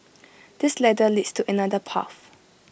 this ladder leads to another path